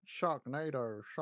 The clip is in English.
Sharknado